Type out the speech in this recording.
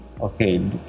Okay